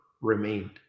remained